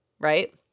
Right